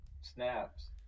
snaps